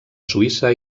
suïssa